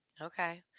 Okay